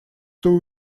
two